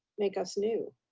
make us new.